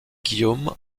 guillaume